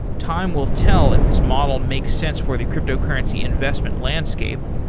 time will tell if this model makes sense for the cryptocurrency investment landscape.